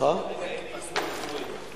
כרגע אין איום בפיטורים?